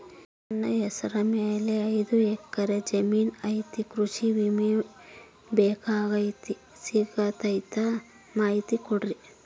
ನನ್ನ ಹೆಸರ ಮ್ಯಾಲೆ ಐದು ಎಕರೆ ಜಮೇನು ಐತಿ ಕೃಷಿ ವಿಮೆ ಬೇಕಾಗೈತಿ ಸಿಗ್ತೈತಾ ಮಾಹಿತಿ ಕೊಡ್ರಿ?